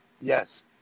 Yes